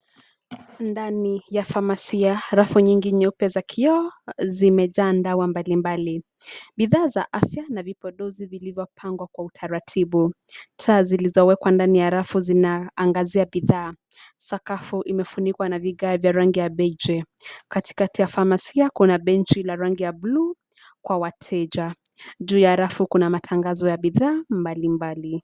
Ndani ya famasia rafu nyingi nyeupe za kioo zimejaa dawa mbalimbali; bidhaa za afya na vipodozi vilivyopangwa kwa utaratibu. Taa zilizowekwa ndani ya rafu zinaangazia bidhaa. Sakafu imefunikwa na vigae vya rangi ya beige. Katikati ya famasi kuna benchi la rangi ya buluu kwa wateja. Juu ya rafu kuna matangazo ya bidhaa mbalimbali.